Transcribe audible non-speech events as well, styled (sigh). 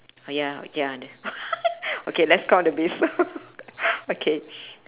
oh ya ya (laughs) okay let's count the bees (laughs) okay